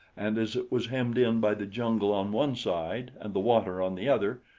and as it was hemmed in by the jungle on one side and the water on the other,